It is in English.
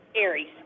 aries